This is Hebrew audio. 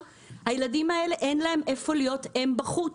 הילדים האלה, אין להם איפה להיות, הם בחוץ.